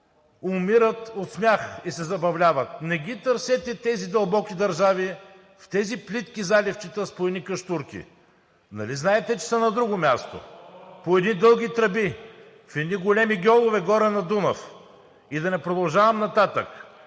Умират от смях и се забавляват! Не ги търсете тези дълбоки държави в тези плитки заливчета с по едни къщурки. Нали знаете, че са на друго място, по едни дълги тръби, в едни големи гьолове горе на Дунав? И да не продължавам нататък,